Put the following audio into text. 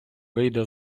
вийде